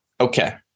Okay